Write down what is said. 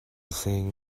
seeing